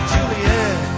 Juliet